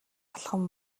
алхам